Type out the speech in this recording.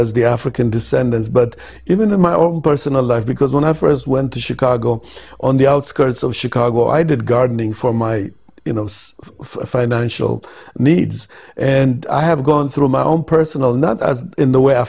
as the african descendants but even in my own personal life because when i first went to chicago on the outskirts of chicago i did gardening for my financial needs and i have gone through my own personal not as in the way